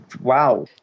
wow